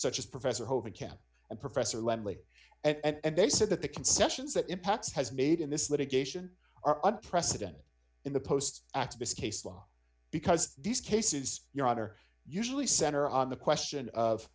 such as professor holden camp and professor lemley and they said that the concessions that impacts has made in this litigation are unprecedented in the post activists case law because these cases your honor usually center on the question of